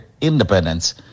independence